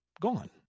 gone